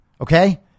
Okay